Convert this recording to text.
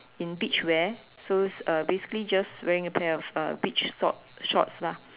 in beach wear so uh basically just wearing a pair of uh beach short shorts lah